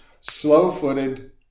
Slow-footed